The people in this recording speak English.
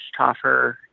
toffer